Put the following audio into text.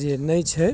जे नहि छै